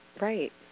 Right